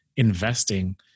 investing